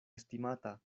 estimata